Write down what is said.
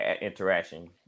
interaction